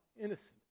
innocent